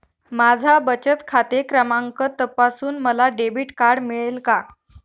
माझा बचत खाते क्रमांक तपासून मला डेबिट कार्ड मिळेल का?